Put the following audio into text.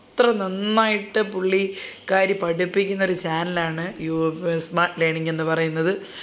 അത്ര നന്നായിട്ട് പുള്ളി ക്കാരി പഠിപ്പിക്കുന്നൊരു ചാനലാണ് യൂ സ്മാർട്ട് ലേർണിങ് എന്നുപറയുന്നത്